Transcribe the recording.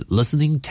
Listening